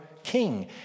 king